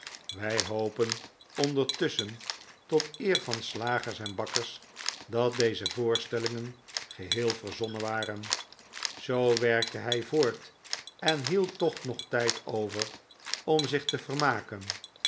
wij hopen ondertusschen tot eer van slagers en bakkers dat deze voorstellingen geheel verzonnen waren zoo werkte hij voort en hield toch nog tijd over om zich te vermaken